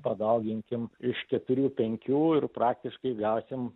padauginkim iš keturių penkių ir praktiškai gausim